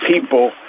people